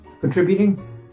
contributing